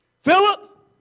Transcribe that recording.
Philip